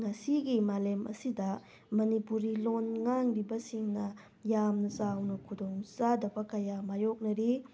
ꯉꯁꯤꯒꯤ ꯃꯥꯂꯦꯝ ꯑꯁꯤꯗ ꯃꯅꯤꯄꯨꯔꯤ ꯂꯣꯟ ꯉꯥꯡꯂꯤꯕꯁꯤꯡꯅ ꯌꯥꯝꯅ ꯆꯥꯎꯅ ꯈꯨꯗꯣꯡ ꯆꯥꯗꯕ ꯀꯌꯥ ꯃꯥꯏꯌꯣꯛꯅꯔꯤ